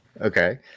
Okay